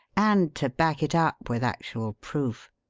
and to back it up with actual proof.